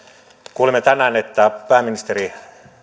kuulimme tänään että pääministeri